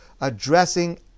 addressing